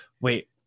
Wait